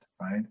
right